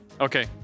Okay